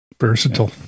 Versatile